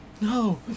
no